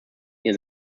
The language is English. near